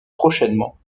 prochainement